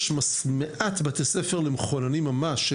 יש גם מעט בתי ספר למחוננים ממש,